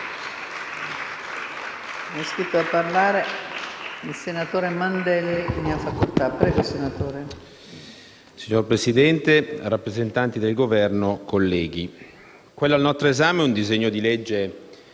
Signora Presidente, rappresentanti del Governo, colleghi, quello al nostro esame è un disegno di legge